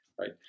right